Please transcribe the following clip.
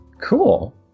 Cool